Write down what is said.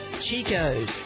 Chico's